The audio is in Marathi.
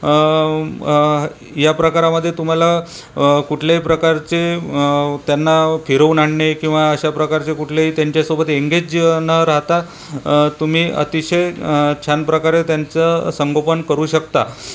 या प्रकारामध्ये तुम्हाला कुठल्याही प्रकारचे त्यांना फिरवून आणणे किंवा अशा प्रकारचे कुठलेही त्यांच्या सोबत एंगेज न राहता तुम्ही अतिशय छान प्रकारे त्यांचं संगोपन करू शकता